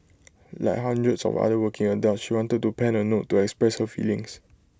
like hundreds of other working adults she wanted to pen A note to express her feelings